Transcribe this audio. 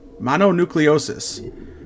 mononucleosis